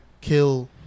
kill